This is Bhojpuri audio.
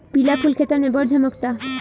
पिला फूल खेतन में बड़ झम्कता